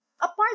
Apart